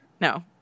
No